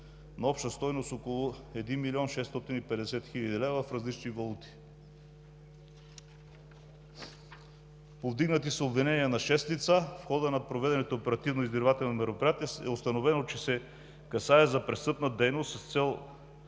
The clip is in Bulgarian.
на обща стойност около 1 млн. 650 хил. лв. в различни валути. Повдигнати са обвинения на 6 лица. В хода на проведените оперативно-издирвателни мероприятия е установено, че се касае за престъпна дейност с цел